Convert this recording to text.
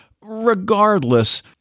regardless